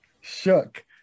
Shook